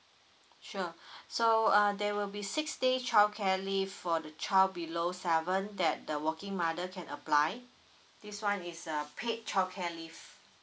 sure so uh there will be six days childcare leave for the child below seven that the working mother can apply this one is uh paid childcare leave